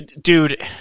Dude